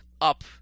up